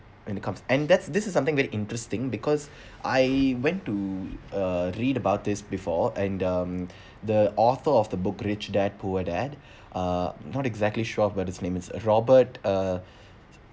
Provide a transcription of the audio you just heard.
and it comes and that's this is something very interesting because I went to uh read about this before and um the author of the book rich dad poor dad uh not exactly sure about his name is uh robert uh